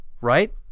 right